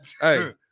Hey